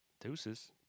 deuces